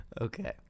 Okay